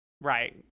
Right